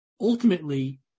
ultimately